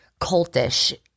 cultish